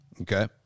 Okay